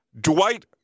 Dwight